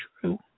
true